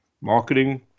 Marketing